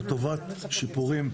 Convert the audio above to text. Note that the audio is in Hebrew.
לטובת שיפורים,